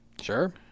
Sure